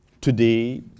today